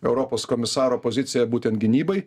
europos komisaro pozicija būtent gynybai